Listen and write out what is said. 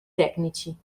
tecnici